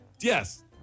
Yes